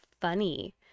funny